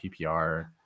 PPR